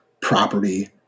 property